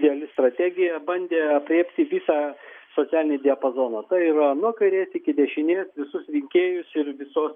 reali strategija bandė aprėpti visą socialinį diapazoną tai yra nuo kairės iki dešinės visus rinkėjus ir visos